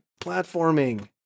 platforming